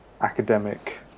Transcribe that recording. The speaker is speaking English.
academic